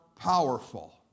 powerful